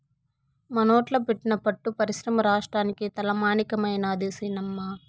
మనోట్ల పెట్టిన పట్టు పరిశ్రమ రాష్ట్రానికే తలమానికమైనాది సినమ్మా